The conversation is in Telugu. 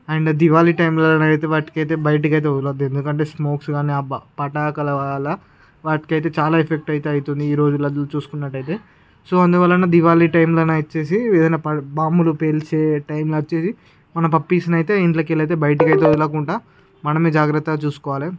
అండ్ దివాలి టైంలో అయితే వాటినైతే బయటికి వదలద్దు ఎందుకంటే స్మోక్స్ కానీ ఆ పటాకులు వల్ల వాటికైతే చాలా ఎఫెక్ట్ అయితే అయితుంది ఈ రోజులలో చూసుకున్నట్లయితే సో అందువలన దివాళి టైంలో వచ్చి ఏదైనా బాంబులు పేల్చే టైంలో వచ్చేసి మన పప్పీస్ అయితే ఇంట్లోకెళ్ళి అయితే బయటకు అయితే వదలకుండా మనమే జాగ్రత్తగా చూసుకోవాలి